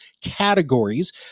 categories